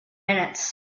minutes